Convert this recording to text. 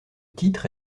titre